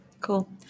Cool